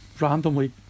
randomly